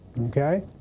okay